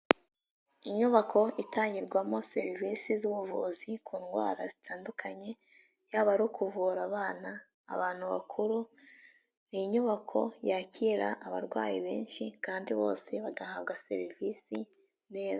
Inyubako itangirwamo serivisi z'ubuvuzi ku ndwara zitandukanye, yaba ari kuvura abana, abantu bakuru, ni inyubako yakira abarwayi benshi kandi bose bagahabwa serivisi neza.